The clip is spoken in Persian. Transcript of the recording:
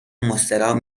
مستراح